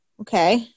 okay